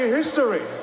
history